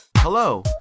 Hello